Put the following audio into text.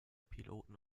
piloten